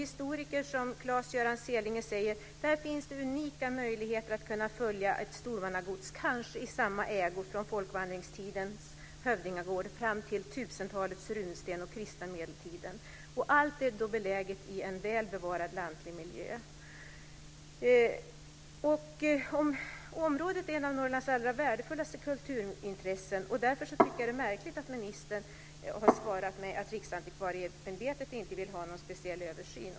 Historiker som Klas-Göran Selinge säger att "där finns den unika möjligheten att kunna följa ett stormannagods - kanske i samma ätts ägo - från folkvandringstidens hövdingagård fram till 1000-talets runsten och den kristna medeltiden". Allt detta är beläget i en väl bevarad lantlig miljö. Området är ett av Norrlands allra värdefullaste kulturintressen, och därför tycker jag att det är märkligt att ministern har svarat med att Riksantikvarieämbetet inte vill ha någon speciell översyn.